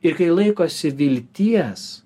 ir kai laikosi vilties